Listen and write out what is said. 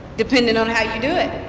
depending on how you do it.